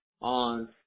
on